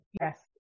Yes